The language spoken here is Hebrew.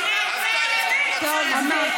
תתנצלי.